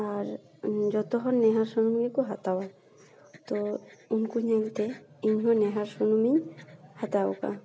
ᱟᱨ ᱡᱚᱛᱚ ᱦᱚᱲ ᱱᱤᱦᱟᱨ ᱥᱩᱱᱩᱢ ᱜᱮᱠᱚ ᱦᱟᱛᱟᱣᱟ ᱛᱳ ᱩᱱᱠᱩ ᱧᱮᱞ ᱛᱮ ᱤᱧ ᱦᱚᱸ ᱱᱤᱦᱟᱨ ᱥᱩᱱᱩᱢ ᱤᱧ ᱦᱟᱛᱟᱣᱟᱠᱟᱫᱼᱟ